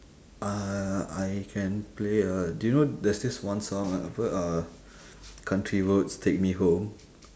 uh I can play uh do you know there's this one song ah apa uh country roads take me home